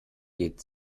geht